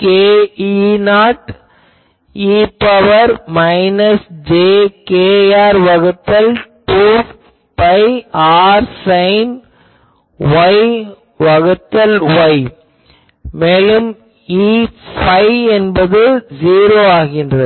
k E0 e ன் power j kr வகுத்தல் 2 pi r sine Y வகுத்தல் Y மேலும் Eϕ என்பது '0' ஆகிறது